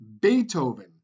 beethoven